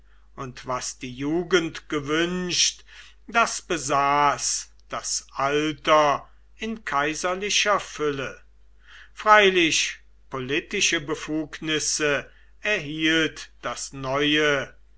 und was die jugend gewünscht das besaß das alter in kaiserlicher fülle freilich politische befugnisse erhielt das neue